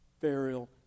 burial